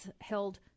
held